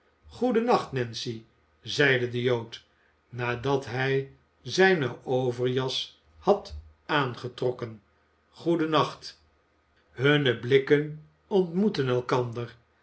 lag goedennacht nancy zeide de jood nadat hij zijne overjas had aangetrokken goedennacht hunne blikken ontmoeten elkander